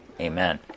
Amen